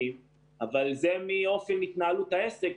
6 מיליארד,